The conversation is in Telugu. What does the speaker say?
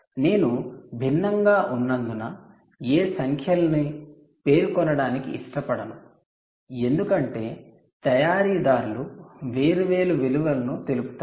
నేను భిన్నంగా ఉన్నందున ఏ సంఖ్యలను పేర్కొనడానికి ఇష్టపడను ఎందుకంటే తయారీదారులు వేర్వేరు విలువలను తెలుపుతారు